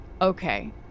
Okay